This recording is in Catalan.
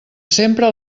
sempre